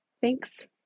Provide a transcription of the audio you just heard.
Thanks